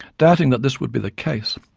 doubting that this would be the case,